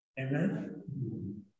Amen